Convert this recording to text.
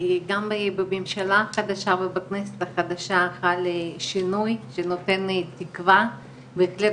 גם בממשלה חדשה ובכנסת החדשה על שינוי שנותן תקווה ובהחלט